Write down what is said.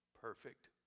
perfect